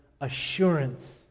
assurance